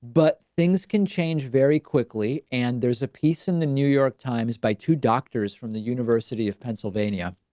but things can change very quickly. and there's a piece in the new york times by two doctors from the university of pennsylvania,